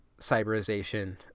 cyberization